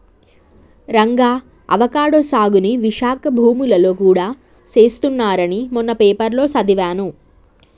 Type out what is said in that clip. Ranga avocado సాగుని విశాఖ భూములలో గూడా చేస్తున్నారని మొన్న పేపర్లో సదివాను